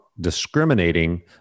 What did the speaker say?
discriminating